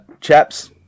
Chaps